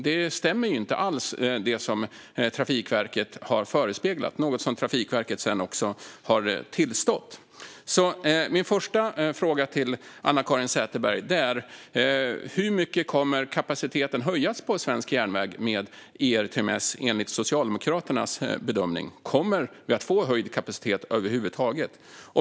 Det som Trafikverket har förespeglat stämmer inte alls. Det har Trafikverket sedan också tillstått. Min första fråga till Anna-Caren Sätherberg är: Hur mycket kommer kapaciteten att höjas på svensk järnväg med ERTMS enligt Socialdemokraternas bedömning? Kommer vi att få en höjd kapacitet över huvud taget?